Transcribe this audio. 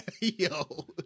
Yo